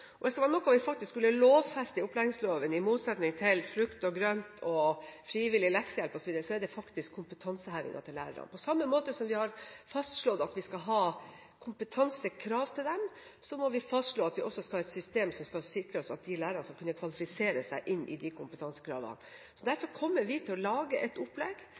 grønt, frivillig leksehjelp osv. – er det kompetanseheving til lærere. På samme måte som vi har fastslått at vi skal stille kompetansekrav til dem, må vi fastslå at vi også skal ha et system som skal sikre oss at lærerne skal kunne kvalifisere seg til kompetansekravene. Derfor kommer vi til å lage et opplegg